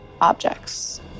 objects